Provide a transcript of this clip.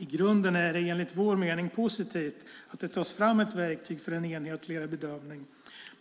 I grunden är det enligt vår mening positivt att det tas fram ett verktyg för en enhetligare bedömning,